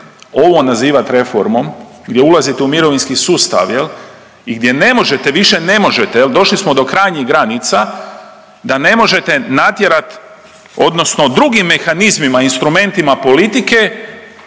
ovo nazivati reformom gdje ulazite u mirovinski sustav jel i gdje ne možete, više ne možete jel došli smo do krajnjih granica da ne možete natjerati odnosno drugi mehanizmima, instrumentima politike